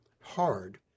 hard